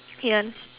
yes